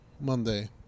Monday